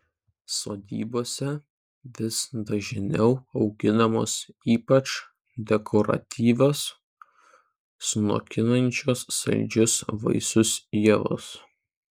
sodybose vis dažniau auginamos ypač dekoratyvios sunokinančios saldžius vaisius ievos